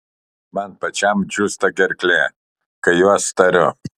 man pačiam džiūsta gerklė kai juos tariu